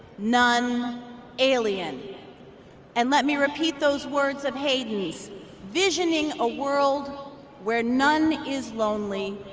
none alien and let me repeat those words of hayden's visioning a world where none is lonely,